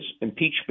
impeachment